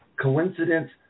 Coincidence